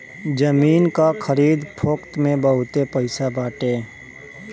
जमीन कअ खरीद फोक्त में बहुते पईसा बाटे